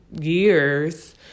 years